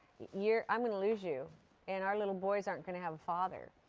yeah i'm going to lose you and our little boys aren't going to have a father.